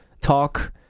talk